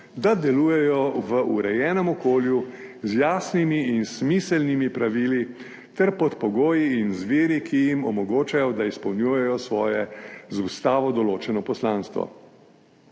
da delujejo v urejenem okolju z jasnimi in smiselnimi pravili ter pod pogoji in z viri, ki jim omogočajo, da izpolnjujejo svoje z Ustavo določeno poslanstvo.